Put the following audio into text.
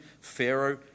Pharaoh